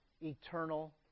eternal